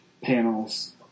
panels